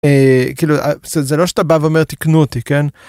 כאילו, זה לא שאתה בא ואומר תקנו אותי, כן.